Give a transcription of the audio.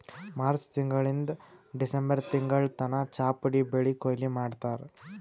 March ತಿಂಗಳಿಂದ್ December ತಿಂಗಳ್ ತನ ಚಾಪುಡಿ ಬೆಳಿ ಕೊಯ್ಲಿ ಮಾಡ್ತಾರ್